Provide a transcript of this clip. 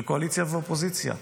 של קואליציה ואופוזיציה: